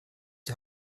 die